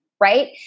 right